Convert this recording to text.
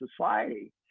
society